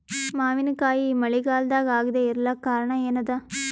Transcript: ಮಾವಿನಕಾಯಿ ಮಳಿಗಾಲದಾಗ ಆಗದೆ ಇರಲಾಕ ಕಾರಣ ಏನದ?